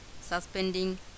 suspending